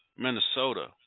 Minnesota